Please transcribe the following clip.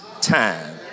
time